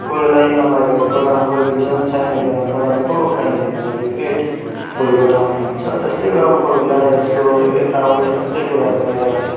कोही बेला लाइनमा लागेर प्रधान गइदिन्छन् साइन हुँदैन प्रधानको पाइँदैन सर्टिफिकेट भोलिपल्ट आउनु भन्छ त्यस्तै हो कोही बेला यस्तो यताउता त्यस्तै कुराहरू भइराख्छ